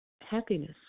happiness